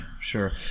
sure